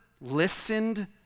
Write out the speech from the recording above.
listened